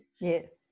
Yes